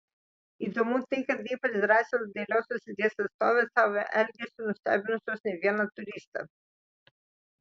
įdomu tai kad ypač drąsios dailiosios lyties atstovės savo elgesiu nustebinusios ne vieną turistą